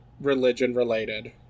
religion-related